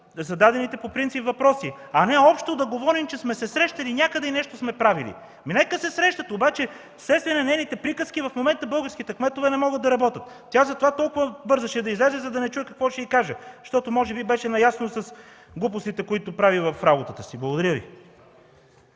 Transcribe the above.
зададените по принцип въпроси, а не общо да говорим, че сме се срещали някъде и нещо сме правили. Нека да се срещат, но вследствие на нейните приказки в момента българските кметове не могат да работят. Затова тя толкова бързаше да излезе, за да не чуе какво ще й кажа, тъй като може би е наясно с глупостите, които прави в работата си. Благодаря Ви.